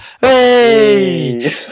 Hey